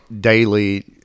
daily